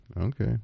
Okay